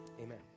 Amen